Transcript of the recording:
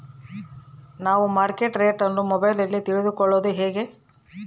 ನಾವು market rate ಅನ್ನು ಮೊಬೈಲಲ್ಲಿ ತಿಳ್ಕಳೋದು ಹೇಗೆ?